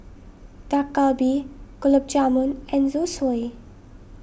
Dak Galbi Gulab Jamun and Zosui